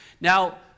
Now